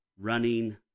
running